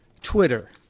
Twitter